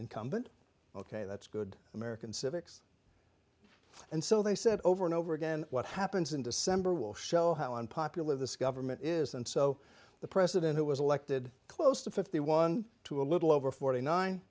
incumbent ok that's good american civics and so they said over and over again what happens in december will show how unpopular this government is and so the president who was elected close to fifty one to a little over forty nine